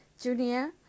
junior